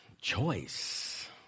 choice